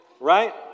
right